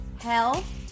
health